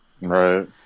Right